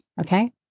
Okay